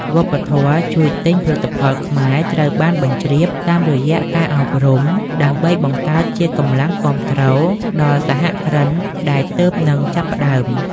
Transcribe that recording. វប្បធម៌ "ជួយទិញផលិតផលខ្មែរ" ត្រូវបានបញ្ជ្រាបតាមរយៈការអប់រំ ដើម្បីបង្កើតជាកម្លាំងគាំទ្រដល់សហគ្រិនដែលទើបនឹងចាប់ផ្ដើម។